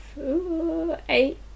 eight